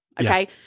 Okay